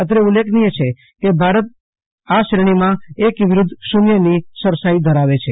અત્રે ઉલ્લેખનીય છે કે ભારત શ્રેણીમાં એક વિરૂધ્ધ શુન્યની સરસાઈ ધરાવે છે